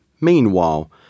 Meanwhile